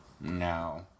No